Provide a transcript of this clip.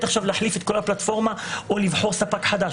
עכשיו להחליף את כל הפלטפורמה או לבחור ספק חדש,